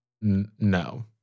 No